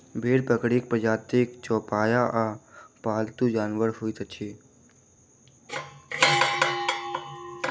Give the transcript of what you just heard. भेंड़ बकरीक प्रजातिक चौपाया आ पालतू जानवर होइत अछि